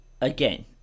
again